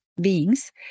beings